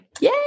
Yay